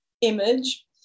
image